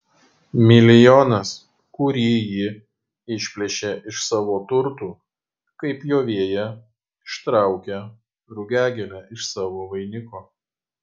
milijonas kurį ji išplėšė iš savo turtų kaip pjovėja ištraukia rugiagėlę iš savo vainiko